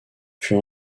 fut